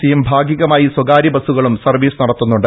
സിയും ഭാഗികമായി സ്വകാര്യ ബസുകളും സർവീസ് നട ത്തുന്നുണ്ട്